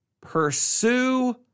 pursue